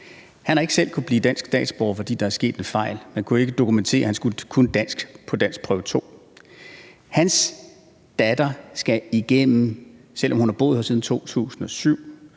Han har ikke selv kunnet blive dansk statsborger, fordi der er sket en fejl; han kunne ikke dokumentere, at kunne dansk på danskprøve 2-niveau. Hans datter skal, selv om hun har boet her siden 2007